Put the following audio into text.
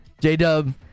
J-Dub